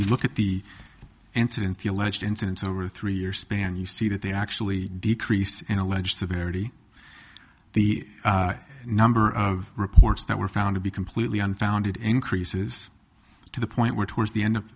you look at the incidents the alleged incidents over a three year span you see that they actually decrease in alleged severity the number of reports that were found to be completely unfounded increases to the point where towards the end up